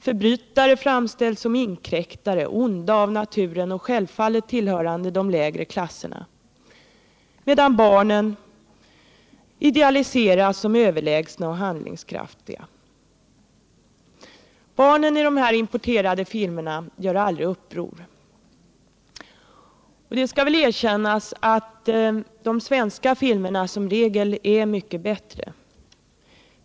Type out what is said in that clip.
Förbrytare framställs som inkräktare — onda av naturen och självfallet tillhörande de lägre klasserna — medan barnen idealiseras som överlägsna och handlingskraftiga. Barnen i de här importerade filmerna gör aldrig uppror. Det skall väl erkännas att de svenska filmerna som regel är mycket bättre.